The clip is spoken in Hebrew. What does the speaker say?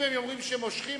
אם הם אומרים שהם מושכים,